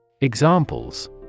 Examples